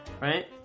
right